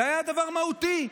זה היה דבר מהותי.